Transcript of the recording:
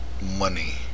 money